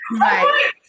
Right